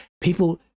people